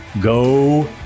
go